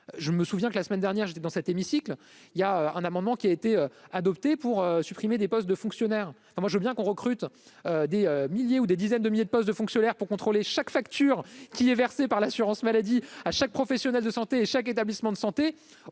je me souviens que la semaine dernière j'étais dans cet hémicycle, il y a un amendement qui a été adoptée pour supprimer des postes de fonctionnaires alors moi je veux bien qu'on recrute des milliers ou des dizaines de milliers de postes de fonctionnaires pour contrôler chaque facture qui est versée par l'assurance maladie à chaque professionnel de santé et chaque établissement de santé,